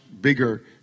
bigger